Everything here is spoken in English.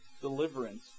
deliverance